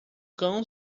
cão